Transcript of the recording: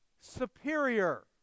superior